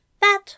That